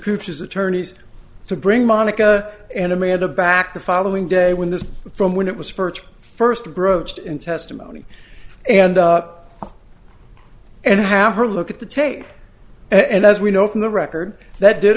his attorneys to bring monica and amanda back the following day when this from when it was first first broached in testimony and up and have her look at the tape and as we know from the record that did